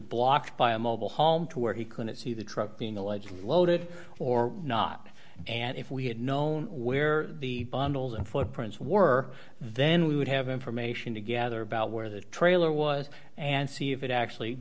blocked by a mobile home to where he couldn't see the truck being alleged loaded or not and if we had known where the bundles and footprints were then we would have information to gather about where that trailer was and see if it actually